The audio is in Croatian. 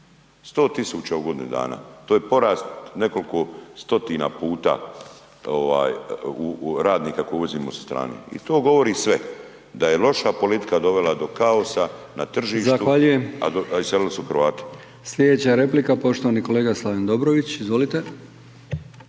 100.000 u godini dana, to je porast nekoliko stotina puta radnika koje uvozimo sa strane i to govori sve, da je loša politika dovela do kaosa na tržištu, a iselili su Hrvati.